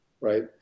right